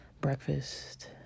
breakfast